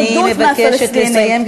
אני מבקשת לסיים,